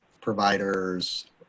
providers